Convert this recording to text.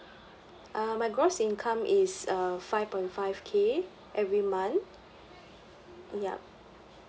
um my gross income is uh five point five K every month yup